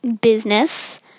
business